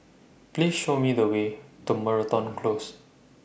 Please Show Me The Way to Moreton Close